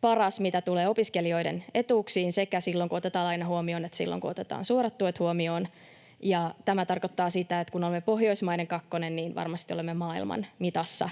paras, mitä tulee opiskelijoiden etuuksiin sekä kun otetaan suorat tuet huomioon. Tämä tarkoittaa sitä, että kun olemme Pohjoismaiden kakkonen, niin varmasti olemme maailman mitassa